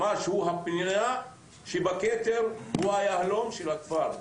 הוא הפנינה שבכתר, הוא היהלום של הכפר.